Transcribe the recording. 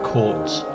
Court's